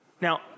Now